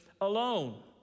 alone